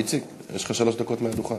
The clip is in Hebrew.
איציק, יש לך שלוש דקות מהדוכן.